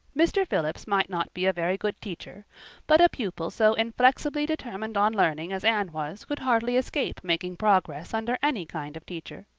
mr. phillips might not be a very good teacher but a pupil so inflexibly determined on learning as anne was could hardly escape making progress under any kind of teacher.